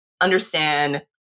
understand